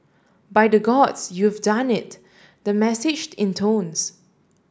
by the Gods you've done it the message intones